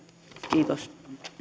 kiitos